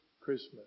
Christmas